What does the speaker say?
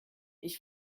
ich